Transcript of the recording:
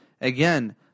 again